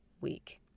week